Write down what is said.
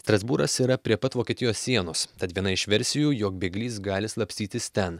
strasbūras yra prie pat vokietijos sienos tad viena iš versijų jog bėglys gali slapstytis ten